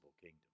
kingdom